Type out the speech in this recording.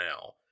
now